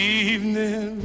evening